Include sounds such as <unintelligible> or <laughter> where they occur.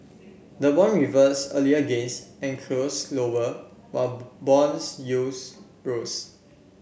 the won reversed earlier gains and closed lower while <unintelligible> bones yields rose